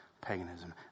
paganism